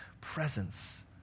presence